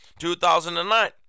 2009